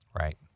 Right